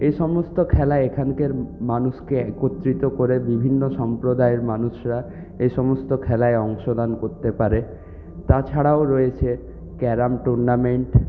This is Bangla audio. এই সমস্ত খেলা এখানকার মানুষকে একত্রিত করে বিভিন্ন সম্প্রদায়ের মানুষরা এই সমস্ত খেলায় অংশদান করতে পারে তাছাড়াও রয়েছে ক্যারাম টুর্নামেন্ট